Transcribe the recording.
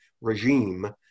regime